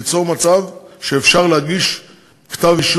חוק החסינות ייצור מצב שאפשר להגיש כתב-אישום